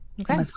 Okay